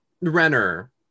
Renner